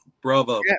Bravo